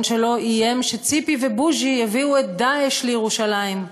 שלו איים שציפי ובוז'י יביאו את "דאעש" לירושלים.